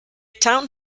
town